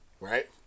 right